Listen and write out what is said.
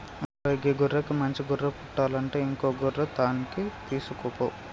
ఓరై గీ గొర్రెకి మంచి గొర్రె పుట్టలంటే ఇంకో గొర్రె తాన్కి తీసుకుపో